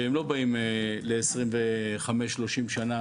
שהרי הם לא באים ל-30-25 שנה,